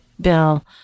Bill